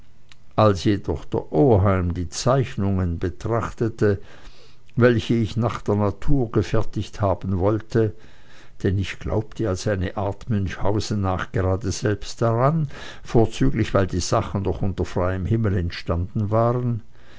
als jedoch der oheim die zeichnungen betrachtete welche ich nach der natur gefertigt haben wollte denn ich glaubte als eine art münchhausen nachgerade selbst daran vorzüglich weil die sachen doch unter freiem himmel entstanden waren